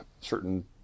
certain